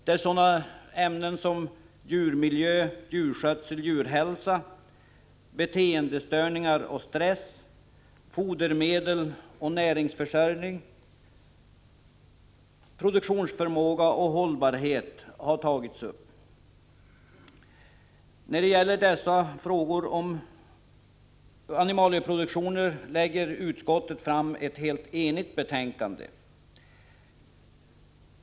Det gäller ämnen som djurmiljö-djurskötsel-djurhälsa, beteendestörningar och stress, fodermedel och näringsförsörjning samt produktionsförmåga och hållbarhet. Utskottet lägger beträffande frågorna om animalieproduktionen fram ett helt enhälligt betänkande.